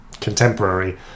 contemporary